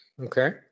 Okay